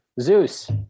Zeus